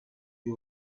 you